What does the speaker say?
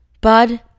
bud